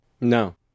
No